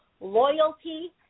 loyalty